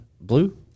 Blue